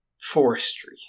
forestry